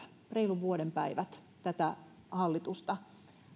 reilun vuoden päivät tätä